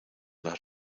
las